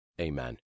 amen